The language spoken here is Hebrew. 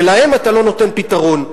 ולהם אתה לא נותן פתרון.